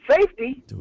safety